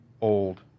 old